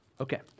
Okay